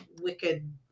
wicked